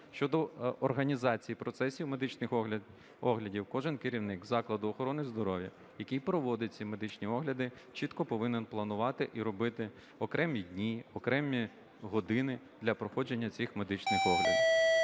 Щодо організації процесів медичних оглядів, кожен керівник закладу охорони здоров'я, який проводить ці медичні огляди, чітко повинен планувати і робити окремі дні, окремі години для проходження цих медичних оглядів.